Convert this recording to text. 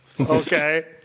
Okay